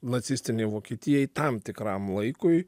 nacistinei vokietijai tam tikram laikui